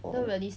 oh